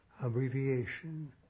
abbreviation